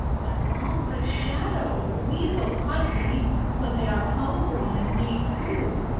but all but shadow the weasel hunt me when they are hungry and need food.